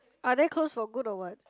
are they closed for good or what